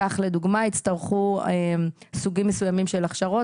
כך לדוגמא יצטרכו סוגים מסוימים של הכשרות